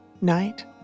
night